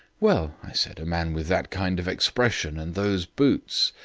well, i said, a man with that kind of expression and those boots.